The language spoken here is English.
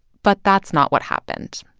but that's not what happened.